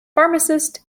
pharmacist